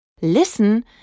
listen